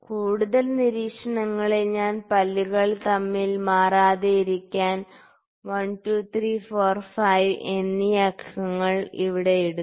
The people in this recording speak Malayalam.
കൂടുതൽ നിരീക്ഷണങ്ങളിൽ ഞാൻ പല്ലുകൾ തമ്മിൽ മാറാതെയിരിക്കാൻ 1 2 3 4 5 എന്നീ അക്കങ്ങൾ ഇവിടെ ഇടുന്നു